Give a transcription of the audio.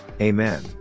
Amen